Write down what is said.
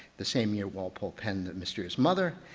the same year walpole penned the mysterious mother,